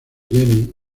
jenny